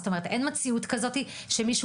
זאת אומרת אין מציאות כזאתי שמישהו